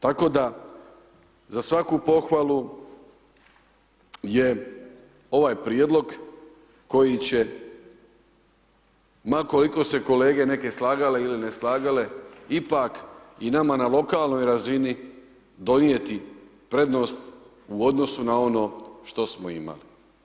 Tako da za svaku pohvalu, je ovaj prijedlog koji će ma koliko se kolege neki slagali ili ne slagali, ipak i nama na lokalnoj razini, donijeti prednost u odnosu na ono što smo imali.